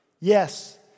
Yes